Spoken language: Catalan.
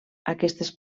aquestes